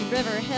River